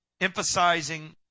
emphasizing